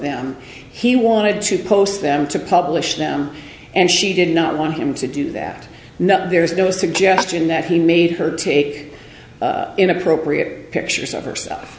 them he wanted to post them to publish them and she did not want him to do that now there is no suggestion that he made her take inappropriate pictures of her